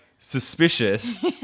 Suspicious